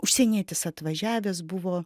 užsienietis atvažiavęs buvo